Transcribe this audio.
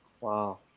wow